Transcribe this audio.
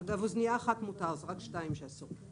אגב, אוזניה אחת מותר, זה רק שתיים שאסור.